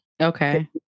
Okay